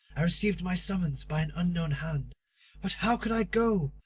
i received my summons by an unknown hand but how could i go?